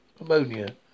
ammonia